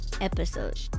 episode